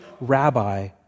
rabbi